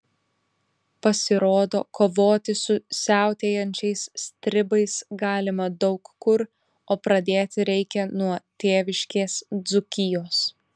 pasirodo kovoti su siautėjančiais stribais galima daug kur o pradėti reikia nuo tėviškės dzūkijos